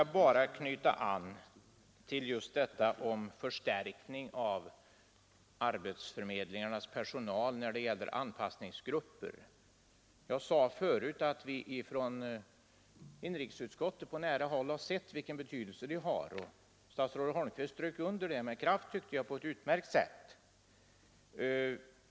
Men låt mig knyta an till detta om förstärkning av arbetsförmedlingarnas personal när det gäller anpassningsgrupper. Jag sade förut att vi ifrån inrikesutskottet på nära håll har sett vilken betydelse det har. Jag tycker att också statsrådet Holmqvist strök under detta med kraft.